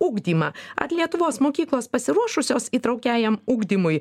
ugdymą ar lietuvos mokyklos pasiruošusios įtraukiajam ugdymui